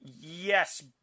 Yes